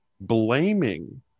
blaming